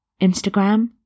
Instagram